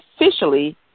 officially